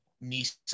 Nisa